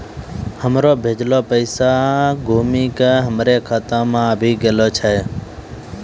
हमरो भेजलो पैसा घुमि के हमरे खाता मे आबि गेलो छै